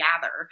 gather